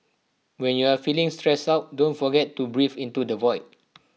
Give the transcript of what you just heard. when you are feeling stressed out don't forget to breathe into the void